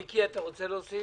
מיקי, אתה רוצה להוסיף?